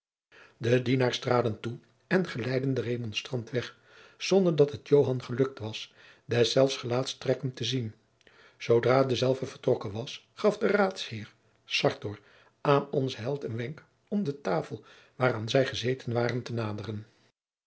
de dienaars traden toe en geleidden den remonstrant weg zonder dat het joan gelukt was deszelfs gelaatstrekken te zien zoodra dezelve vertrokken was gaf de raadsheer sartor aan onzen held een wenk om de tafel waaraan zij gezeten waren te naderen